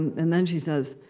and then she says,